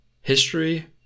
History